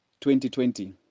2020